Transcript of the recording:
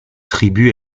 tribu